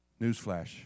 Newsflash